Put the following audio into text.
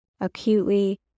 acutely